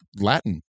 Latin